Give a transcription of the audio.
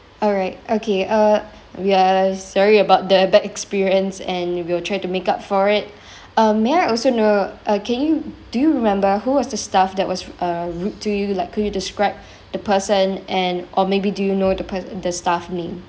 alright okay uh we are sorry about the bad experience and we will try to make up for it um may I also know uh can you do you remember who was the staff that was uh rude to you like could you describe the person and or maybe do you know the per~ the staff name